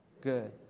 Good